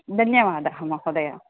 धन्यवादः महोदय